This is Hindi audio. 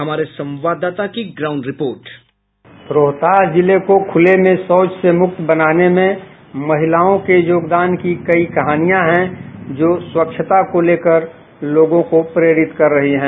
हमारे संवाददाता की ग्राउंड रिपोर्ट बाईट रोहतास संवाददाता रोहतास जिले को खुले में शौच से मुक्त बनाने में महिलाओं के योगदान की कई कहानियां हैं जो स्वच्छता को लेकर लोगों को प्रेरित कर रही हैं